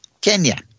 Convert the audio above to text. Kenya